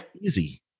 Easy